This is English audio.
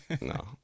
no